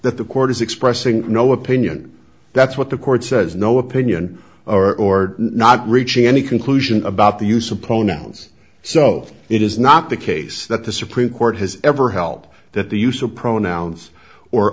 that the court is expressing no opinion that's what the court says no opinion or not reaching any conclusion about the use opponents so it is not the case that the supreme court has ever help that the use of pronouns or